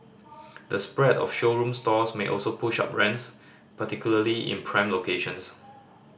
the spread of showroom stores may also push up rents particularly in prime locations